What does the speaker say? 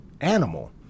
animal